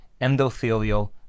endothelial